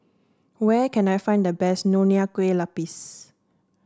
where can I find the best Nonya Kueh Lapis